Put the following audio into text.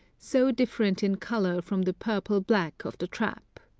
so different in colour from the purple-black of the trap.